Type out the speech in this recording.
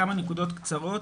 כמה נקודות קצרות